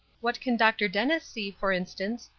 what can dr. dennis see, for instance,